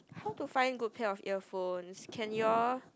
how to find good pair of earphones can you all